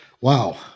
wow